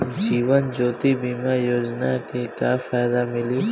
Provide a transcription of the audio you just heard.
जीवन ज्योति बीमा योजना के का फायदा मिली?